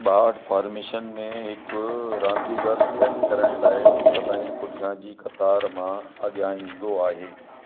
ॿाहठि फॉर्मेशन में हिकु रांदीगरु सेट करण लाइ सदाईं पुठियां जी क़तार मां अॻियां ईंदो आहे